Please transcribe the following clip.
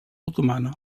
otomana